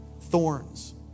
thorns